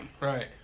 Right